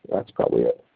that's probably it.